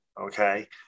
okay